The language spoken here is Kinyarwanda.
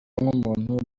nk’umuntu